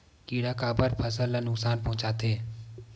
किड़ा काबर फसल ल नुकसान पहुचाथे?